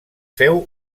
féu